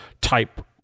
type